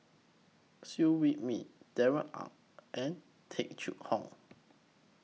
Wee Mee Darrell Ang and Tung Chye Hong